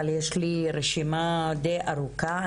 אבל יש לי רשימה די ארוכה.